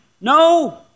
No